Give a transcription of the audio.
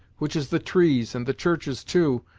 which is the trees, and the churches, too,